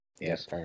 Yes